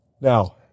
Now